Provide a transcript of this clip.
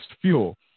fuel